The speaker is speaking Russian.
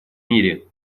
мире